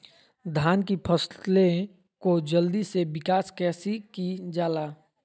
धान की फसलें को जल्दी से विकास कैसी कि जाला?